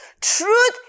Truth